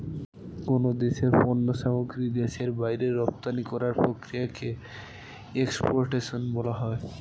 কোন দেশের পণ্য সামগ্রী দেশের বাইরে রপ্তানি করার প্রক্রিয়াকে এক্সপোর্টেশন বলা হয়